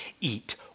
eat